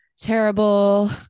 terrible